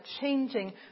changing